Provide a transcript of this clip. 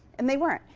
and they weren't.